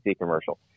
commercial